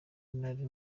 nari